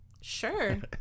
Sure